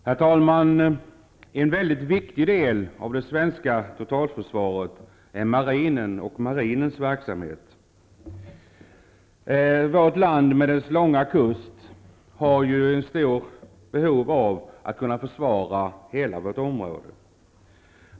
Herr talman! En väldigt viktig del av det svenska totalförsvaret är marinen och dess verksamhet. Vårt land har ju stort behov av att kunna försvara hela sin långa kust.